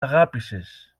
αγάπησες